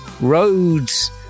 roads